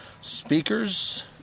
speakers